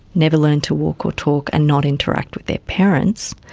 never learn to walk or talk and not interact with their parents,